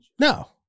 No